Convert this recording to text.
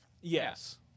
Yes